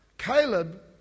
Caleb